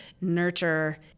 nurture